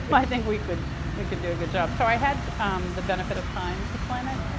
i think we could we could do a good job. so i had the benefit of time to plan it.